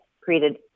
created